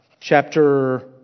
chapter